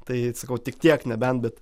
tai sakau tik tiek nebent bet